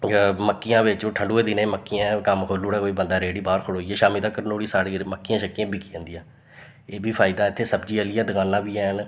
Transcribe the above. मक्कियां बेचोग ठण्डु दे दिनें मक्कियां कम्म खोलू ओड़े कोई बंदा रेह्ड़ी बाह्र खड़ोइयै शामी तकर नुहाड़ियां जेह्ड़ियां सारियां मक्कियां शकिया बिकी जंदिया एह् बी फायदा इत्थें सब्ज़ी आह्लियां दकानां बी हैन